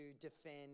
defend